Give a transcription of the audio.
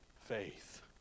faith